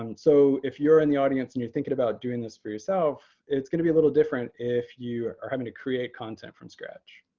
um so if you're in the audience and you're thinking about doing this for yourself, it's going to be a little different if you are having to create content from scratch.